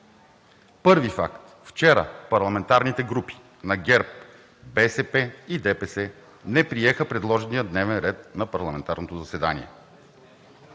Първи факт – вчера парламентарните групи на ГЕРБ, БСП и ДПС не приеха предложения дневен ред на парламентарното заседание